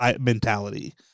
mentality